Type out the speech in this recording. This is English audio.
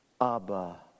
Abba